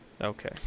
Okay